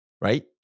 right